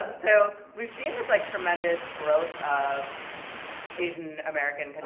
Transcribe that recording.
um so we've seen this, like, tremendous growth of asian american, cause